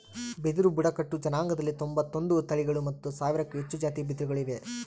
ಬಿದಿರು ಬುಡಕಟ್ಟು ಜನಾಂಗದಲ್ಲಿ ತೊಂಬತ್ತೊಂದು ತಳಿಗಳು ಮತ್ತು ಸಾವಿರಕ್ಕೂ ಹೆಚ್ಚು ಜಾತಿ ಬಿದಿರುಗಳು ಇವೆ